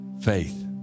Faith